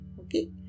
okay